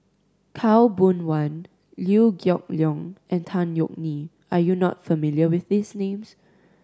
Khaw Boon Wan Liew Geok Leong and Tan Yeok Nee are you not familiar with these names